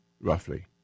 roughly